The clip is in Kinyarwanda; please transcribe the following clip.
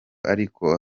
ariko